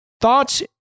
Thoughts